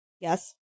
Yes